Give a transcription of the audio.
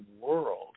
world